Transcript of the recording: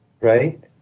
Right